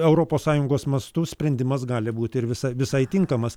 europos sąjungos mastu sprendimas gali būti ir visai visai tinkamas